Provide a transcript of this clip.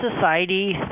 society